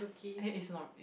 it is not